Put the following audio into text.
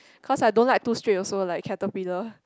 cause I don't like too straight also like caterpillar